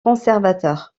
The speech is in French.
conservateur